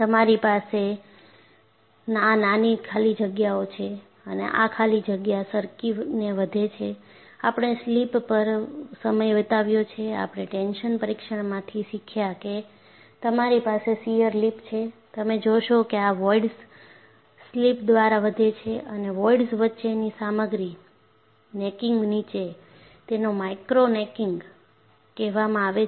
તમારી પાસે આ નાની ખાલી જગ્યાઓ છે અને આ ખાલી જગ્યા સરકીને વધે છે આપણે સ્લિપ પર સમય વિતાવ્યો છે આપણે ટેન્શન પરીક્ષણમાંથી શીખ્યા કે તમારી પાસે શીયર લિપ છે તમે જોશો કે આ વોઈડ્સ સ્લિપ દ્વારા વધે છે અને વોઈડ્સ વચ્ચેની સામગ્રી નેકીંગ નીચે તેને માઇક્રો નેકિંગ કહેવામાં આવે છે